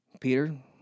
Peter